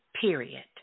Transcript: period